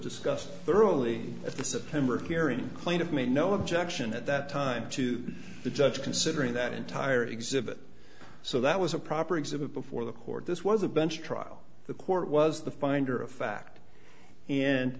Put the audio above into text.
discussed thoroughly at the september hearing clean of me no objection at that time to the judge considering that entire exhibit so that was a proper exhibit before the court this was a bench trial the court was the finder of fact and